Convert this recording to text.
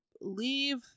leave